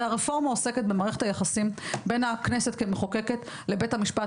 הרי הרפורמה עוסקת במערכת היחסים בין הכנסת כמחוקקת לבית המשפט